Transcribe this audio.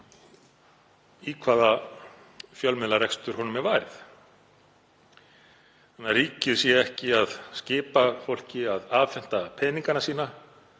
í hvaða fjölmiðlarekstur honum er varið þannig að ríkið sé ekki að skipa fólki að afhenda peningana sína